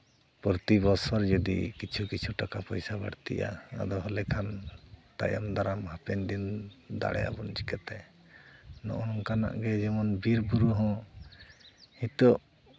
ᱯᱨᱚᱛᱤ ᱵᱚᱛᱥᱚᱨ ᱡᱚᱫᱤ ᱠᱤᱪᱷᱩ ᱠᱤᱪᱷᱩ ᱴᱟᱠᱟ ᱯᱚᱭᱥᱟ ᱵᱟᱹᱲᱛᱤᱜᱼᱟ ᱚᱱᱟ ᱫᱚᱦᱚ ᱞᱮᱠᱷᱟᱱ ᱛᱟᱭᱚᱢ ᱫᱟᱨᱟᱢ ᱦᱟᱯᱮᱱ ᱫᱤᱱ ᱫᱟᱲᱮ ᱟᱵᱚᱱ ᱪᱤᱠᱟᱹᱛᱮ ᱱᱚᱜᱼᱚ ᱱᱚᱝᱠᱟᱱᱟᱜ ᱜᱮ ᱡᱮᱢᱚᱱ ᱵᱤᱨᱼᱵᱩᱨᱩ ᱦᱚᱸ